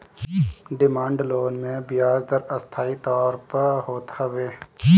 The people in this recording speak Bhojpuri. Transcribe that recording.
डिमांड लोन मे बियाज दर अस्थाई तौर पअ होत हवे